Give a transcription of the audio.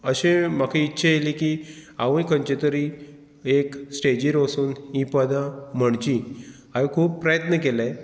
अशें म्हाका इच्छा येलें की हांवूय खंयचे तरी एक स्टेजीर वचून हीं पदां म्हणची हांवें खूब प्रयत्न केले